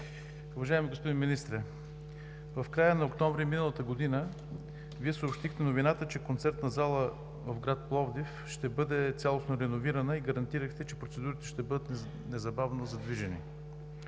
Уважаеми господин Министър, в края на месец октомври миналата година Вие съобщихте новината, че Концертната зала в гр. Пловдив ще бъде цялостно реновирана и гарантирахте, че процедурите ще бъдат незабавно задвижени.